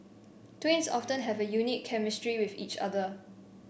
twins often have a unique chemistry with each other